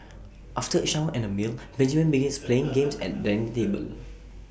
after A shower and A meal Benjamin begins playing games at dining table